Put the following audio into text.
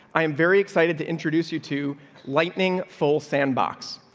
i am very excited to introduce you to lightning full sandbox.